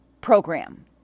program